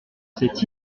c’est